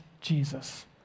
Jesus